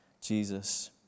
Jesus